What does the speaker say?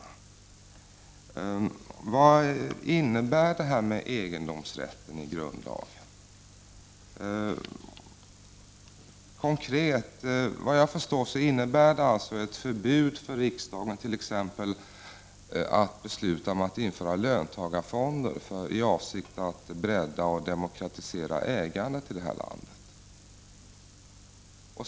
Vad innebär detta med egendomsrätten i grundlagen konkret? Vad jag förstår, innebär det ett förbud för riksdagen att t.ex. besluta om att införa löntagarfonder i avsikt att bredda och demokratisera ägandet i detta land.